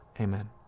amen